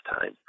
time